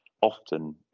often